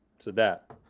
so that.